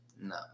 No